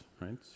right